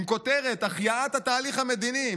עם כותרת "החייאת התהליך המדיני".